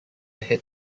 head